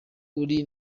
uri